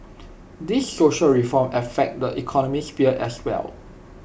these social reform affect the economic sphere as well